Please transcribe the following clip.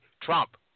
Trump